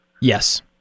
Yes